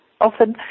often